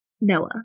Noah